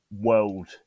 world